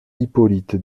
hippolyte